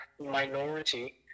minority